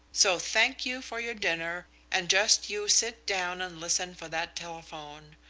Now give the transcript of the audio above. so thank you for your dinner, and just you sit down and listen for that telephone.